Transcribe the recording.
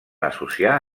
associar